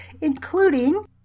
including